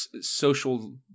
social